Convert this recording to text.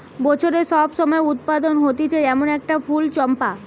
বছরের সব সময় উৎপাদন হতিছে এমন একটা ফুল চম্পা